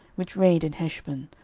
which reigned in heshbon,